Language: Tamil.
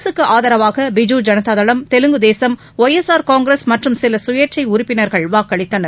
அரசுக்கு ஆதரவாக பிஜு ஐனதா தளம் தெலுங்கு தேசம் ஒய்எஸ்ஆர் காங்கிரஸ் மற்றும் சில சுயேட்சை உறுப்பினர்கள் வாக்களித்தனர்